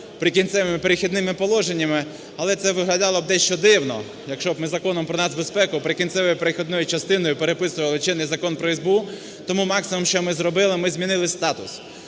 "Прикінцевими і перехідними положеннями", але це виглядало б дещо дивно, якщо б ми Законом про нацбезпеку прикінцевою і перехідною частиною переписували чинний Закон про СБУ. Тому максимум що ми зробили, ми змінили статус.